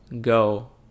go